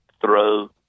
throw